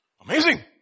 Amazing